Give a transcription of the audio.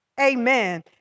Amen